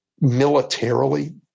militarily